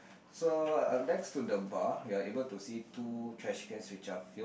so uh next to the bar you are able to see two trashcans which are filled